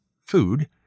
food